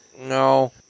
No